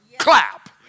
Clap